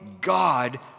God